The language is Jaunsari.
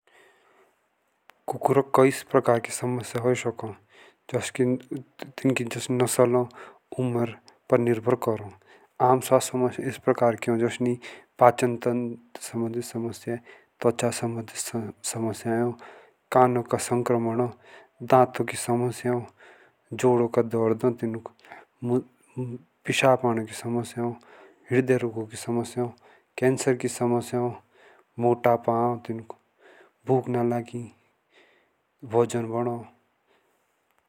कुकुरुक कै प्रकार की समस्या हो तिनकी नस्लज तिन की उम्रच पर निर्भर करो आम समस्या स प्रकार की हो जोसी पाचन तंत्र समस्या। त्वचा सम्बन्ध समस्या कानो की समस्या दांतों की समस्या जोड़ो का दर्द पेशाब आणु की समस्या कैंसर की समस्या मोटापा आओ तिन को भूख न लगी वजन बड़ो।